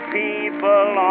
people